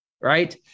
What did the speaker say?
right